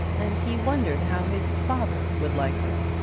and he wondered how his father would like her.